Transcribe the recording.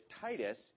Titus